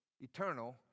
eternal